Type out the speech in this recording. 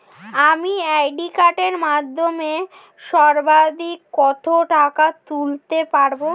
আমি ক্রেডিট কার্ডের মাধ্যমে সর্বাধিক কত টাকা তুলতে পারব?